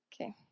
okay